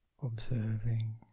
observing